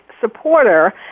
supporter